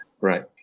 Right